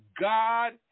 God